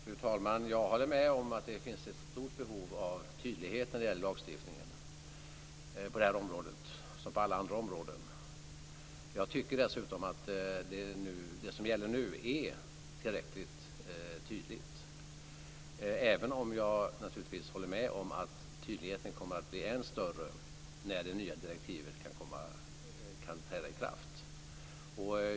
Fru talman! Jag håller med om att det finns ett stort behov av tydlighet när det gäller lagstiftningen på det här området som på alla andra områden. Jag tycker dessutom att det som gäller nu är tillräckligt tydligt, även om jag naturligtvis håller med om att tydligheten kommer att bli än större när det nya direktivet kan träda i kraft.